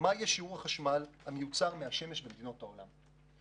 מה יהיה שיעור החשמל המיוצר מהשמש במדינות העולם.